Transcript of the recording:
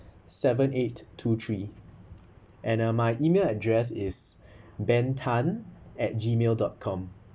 seven eight two three and uh my email address is ben tan at gmail dot com